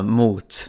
mot